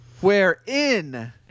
wherein